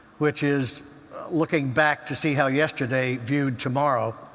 which is looking back to see how yesterday viewed tomorrow.